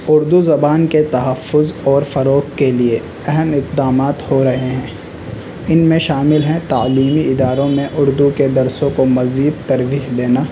اردو زبان کے تحفظ اور فروغ کے لیے اہم اقدامات ہو رہے ہیں ان میں شامل ہیں تعلیمی اداروں میں اردو کے درسوں کو مزید ترویج دینا